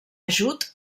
ajut